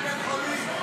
הביאו אותך ממיטת חולייך,